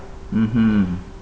mmhmm